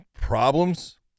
problems